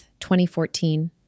2014